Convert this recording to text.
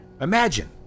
Imagine